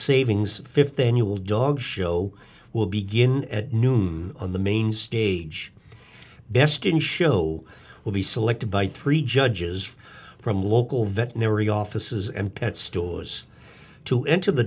savings fifth annual dog show will begin at noon on the main stage best in show will be selected by three judges from local vet noori offices and pet stores to enter the